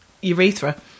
urethra